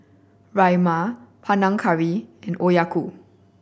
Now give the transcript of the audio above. Rajma Panang Curry and Okayu